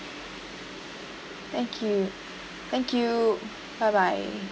thank you thank you bye bye